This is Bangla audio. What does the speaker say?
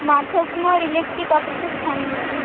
মাধবমল ইলেক্টিক অফিসের সামনেই